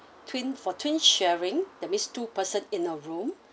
twins for twin sharing that means two person in a room